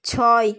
ছয়